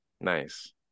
nice